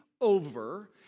over